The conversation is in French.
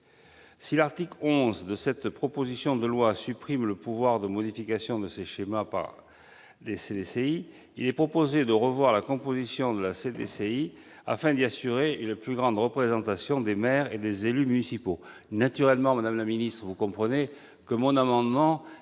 L'article 11 de cette proposition de loi supprime certes le pouvoir de modification de ces schémas par les CDCI ; il est néanmoins proposé de revoir la composition de la CDCI, afin d'y assurer une plus grande représentation des maires et des élus municipaux. Naturellement, madame la ministre, vous le comprenez, mon amendement